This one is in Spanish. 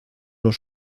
los